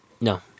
No